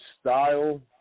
style